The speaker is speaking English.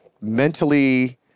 mentally